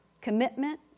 commitment